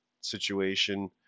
situation